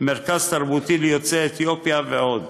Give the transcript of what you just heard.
מרכז תרבות ליוצאי אתיופיה ועוד.